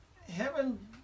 heaven